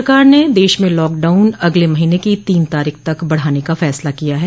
सरकार ने देश में लॉकडाउन अगले महीने की तीन तारीख तक बढ़ाने का फैसला किया है